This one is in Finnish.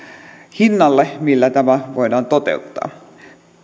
hinnalle millä tämä voidaan toteuttaa